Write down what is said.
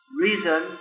reason